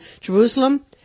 Jerusalem